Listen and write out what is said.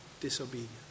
Disobedience